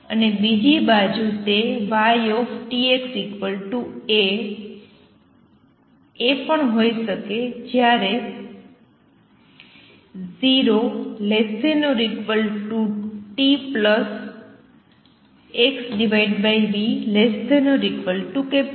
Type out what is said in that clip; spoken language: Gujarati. અને બીજી બાજુ તે y t x A પણ હોઈ શકે છે જ્યારે 0 ≤ txv T